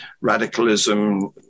radicalism